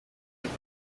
taba